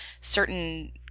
certain